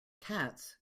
cats